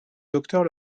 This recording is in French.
docteur